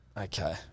Okay